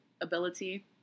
ability